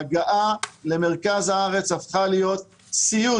ההגעה למרכז הארץ הפכה להיות סיוט,